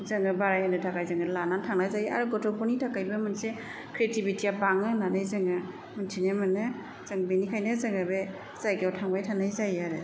जोङो बारायहोनो थाखाय जोङो लाना थांनाय जायो आरो गथ'फोरनि थाखायबो मोनसे क्रेटिभिटिया बाङो होन्नानै जोङो मोनथिनो मोनो जों बिनिखायनो जोङो बे जायगायाव थांबाय थानाय जायो आरो